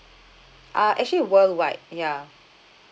ah actually worldwide ya